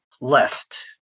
left